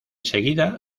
seguida